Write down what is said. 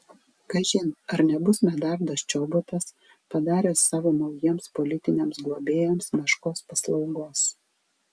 kažin ar nebus medardas čobotas padaręs savo naujiems politiniams globėjams meškos paslaugos